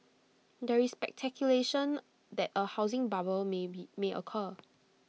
there is speculation that A housing bubble may be may occur